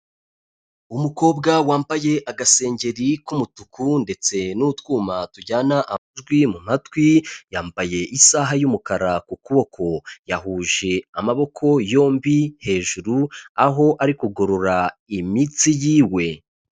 Umukobwa wambaye agasengeri k'umutuku ndetse n'utwuma tujyana ajwi mu matwi, yambaye isaha y'umukara ku kuboko, yahuje amaboko yombi hejuru, aho ari kugorora imitsi yiwe.